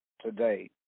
today